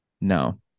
No